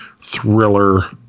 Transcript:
thriller